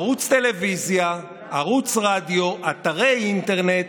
ערוץ טלוויזיה, ערוץ רדיו, אתרי אינטרנט,